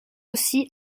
aussi